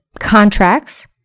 contracts